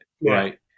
right